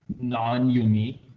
non-unique